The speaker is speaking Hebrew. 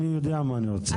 אני יודע מה אני רוצה.